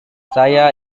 saya